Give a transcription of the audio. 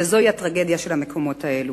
וזוהי הטרגדיה של המקומות האלו.